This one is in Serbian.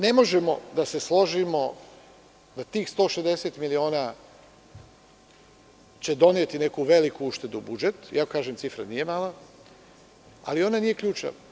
Ne možemo da se složimo da tih 160 miliona će doneti neku veliku uštedu u budžetu, iako cifra nije mala, ali ona nije ključna.